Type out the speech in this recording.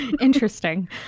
Interesting